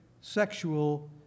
sexual